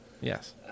Yes